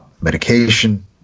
medication